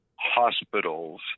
hospitals